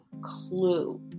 clue